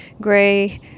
gray